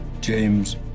James